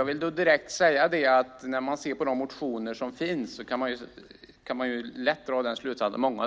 Många